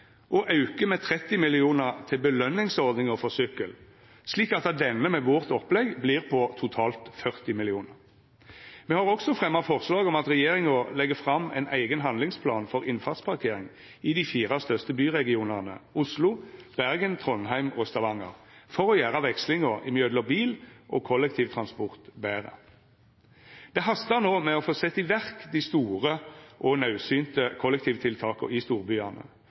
auke med 30 mill. kr til belønningsordninga for sykkel, slik at denne med vårt opplegg vert på totalt 40 mill. kr. Me har også fremja forslag om at regjeringa legg fram ein eigen handlingsplan for innfartsparkering i dei fire største byregionane, Oslo, Bergen, Trondheim og Stavanger, for å gjera vekslinga mellom bil og kollektivtransport betre. Det hastar no med å setja i verk dei store og naudsynte kollektivtiltaka i storbyane,